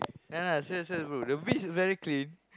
no no serious serious bro the beach is very clean